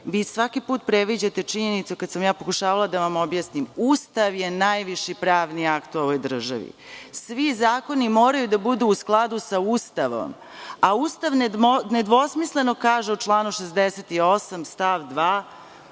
svaki put predviđate činjenicu, kada sam pokušavala da vam objasnim, Ustav je najviši pravni akt u ovoj državi. Svi zakoni moraju da budu u skladu sa Ustavom, a Ustav nedvosmisleno kaže u članu 68. stav 2.